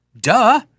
Duh